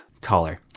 Caller